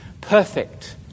perfect